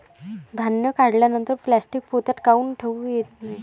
धान्य काढल्यानंतर प्लॅस्टीक पोत्यात काऊन ठेवू नये?